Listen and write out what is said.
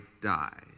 die